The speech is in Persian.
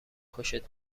خوشت